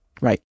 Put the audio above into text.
Right